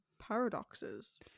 paradoxes